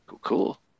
Cool